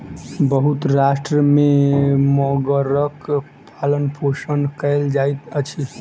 बहुत राष्ट्र में मगरक पालनपोषण कयल जाइत अछि